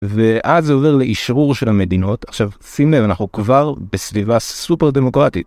ואז עובר לאישרור של המדינות, עכשיו שים לב אנחנו כבר בסביבה סופר דמוקרטית.